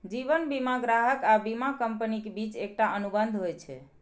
जीवन बीमा ग्राहक आ बीमा कंपनीक बीच एकटा अनुबंध होइ छै